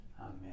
Amen